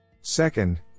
Second